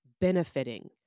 benefiting